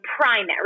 primary